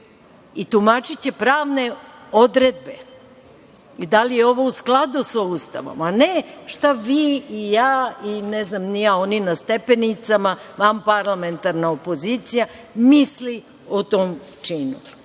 i tumačiće pravne odredbe i da li je ovo u skladu sa Ustavom, a ne šta vi i ja i, ne znam ni ja, oni na stepenicama, parlamentarna opozicija misli o tom činu.